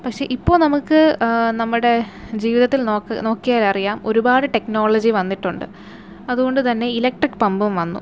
പക്ഷെ ഇപ്പോൾ നമുക്ക് നമ്മുടെ ജീവിതത്തിൽ നോക്കിയാൽ അറിയാം ഒരുപാട് ടെക്നോളജി വന്നിട്ടുണ്ട് അതുകൊണ്ട് തന്നെ ഇലക്ട്രിക് പമ്പും വന്നു